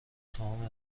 خواهم